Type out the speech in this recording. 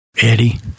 Eddie